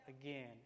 again